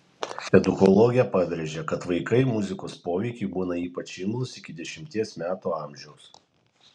edukologė pabrėžia kad vaikai muzikos poveikiui būna ypač imlūs iki dešimties metų amžiaus